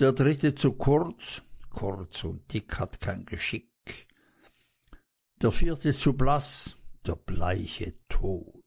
der dritte zu kurz kurz und dick hat kein geschick der vierte zu blaß der bleiche tod